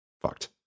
fucked